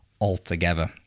altogether